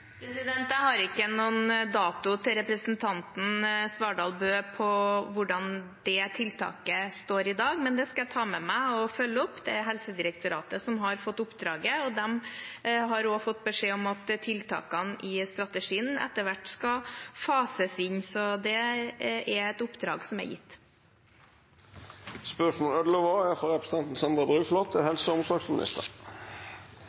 Jeg har ikke noen dato til representanten Svardal Bøe med tanke på hvordan det tiltaket står i dag, men det skal jeg ta med meg og følge opp. Det er Helsedirektoratet som har fått oppdraget, og de har også fått beskjed om at tiltakene i strategien etter hvert skal fases inn. Så det er et oppdrag som er gitt.